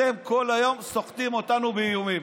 אתם כל היום סוחטים אותנו באיומים.